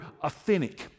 authentic